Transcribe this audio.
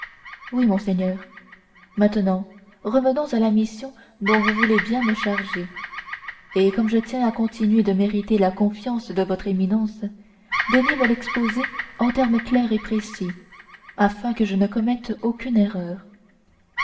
oui monseigneur maintenant revenons à la mission dont vous voulez bien me charger et comme je tiens à continuer de mériter la confiance de votre éminence daignez me l'exposer en termes clairs et précis afin que je ne commette aucune erreur